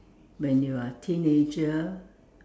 when you are teenager